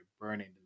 burning